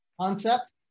concept